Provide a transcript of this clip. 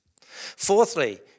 Fourthly